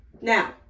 Now